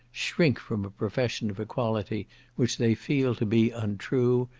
shrink from a profession of equality which they feel to be untrue,